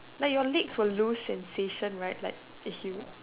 like your legs will lose sensation right like if you